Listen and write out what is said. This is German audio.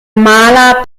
maler